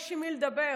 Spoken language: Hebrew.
יש עם מי לדבר.